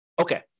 Okay